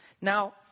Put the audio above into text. Now